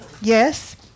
Yes